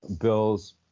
Bills